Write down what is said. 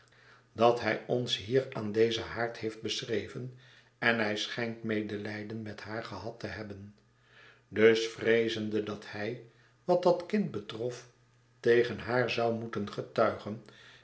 dat hij ons hier aan dezen haard heeft beschreven eh hij schijnt medelijden met haar gehad te hebben dus vreezende dat hij wat dat kind betrof tegen haar zou rnoeten getuigen